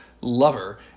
lover